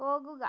പോകുക